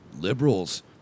liberals